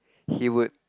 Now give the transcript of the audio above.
he would